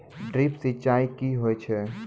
Drip सिंचाई कि होय छै?